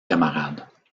camarades